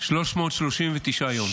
339 יום.